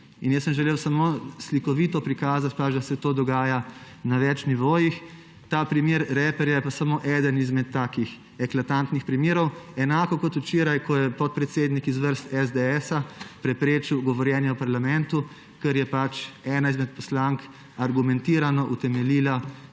Jaz sem želel samo slikovito prikazati, da se to dogaja na več nivojih. Ta primer reperja je pa samo eden izmed takih eklatantnih primerov. Enako kot včeraj, ko je podpredsednik iz vrst SDS preprečil govorjenje v parlamentu, ker je ena izmed poslank argumentirano utemeljila,